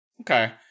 Okay